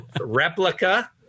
replica